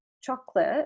chocolate